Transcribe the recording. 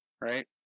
right